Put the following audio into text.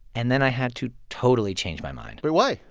and then i had to totally change my mind but why?